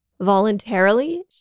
voluntarily